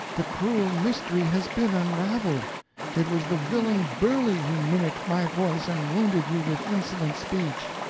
the cruel mystery has been unraveled it was the villain burley who mimicked my voice and wounded you with insolent speech!